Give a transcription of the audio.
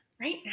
Right